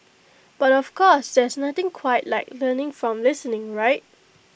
but of course there's nothing quite like learning from listening right